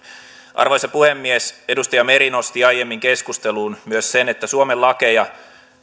arvoisa puhemies edustaja meri nosti aiemmin keskusteluun myös sen että suomen lakeja